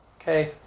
Okay